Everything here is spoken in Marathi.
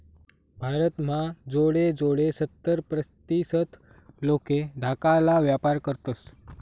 भारत म्हा जोडे जोडे सत्तर प्रतीसत लोके धाकाला व्यापार करतस